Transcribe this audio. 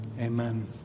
Amen